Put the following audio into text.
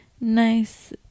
nice